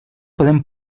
podem